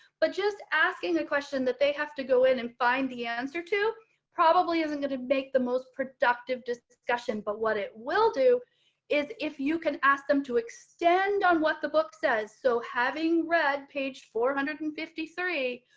but just asking the question that they have to go in and find the answer to probably isn't going to make the most productive discussion, but what it will do is if you can ask them to extend on what the book says. so having read page four hundred and fifty three